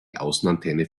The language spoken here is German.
außenantenne